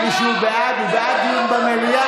מי שבעד, הוא בעד דיון במליאה.